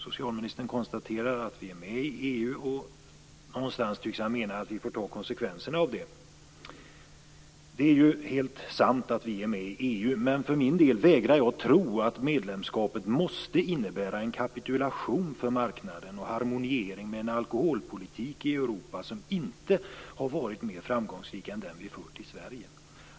Socialministern konstaterar att vi är med i EU, och han tycks mena att vi får acceptera konsekvenserna av det. Det är helt sant att vi är med i EU, men för min del vägrar jag att tro att medlemskapet måste innebära en kapitulation för marknaden och en harmonisering med en alkoholpolitik i Europa som inte har varit mer framgångsrik än den vi fört i Sverige.